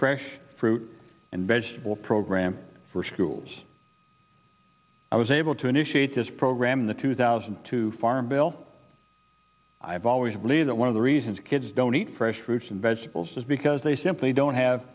fresh fruit and vegetable program for schools i was able to initiate this program in the two thousand and two farm bill i've always believed that one of the reasons kids don't eat fresh fruits and vegetables is because they simply don't have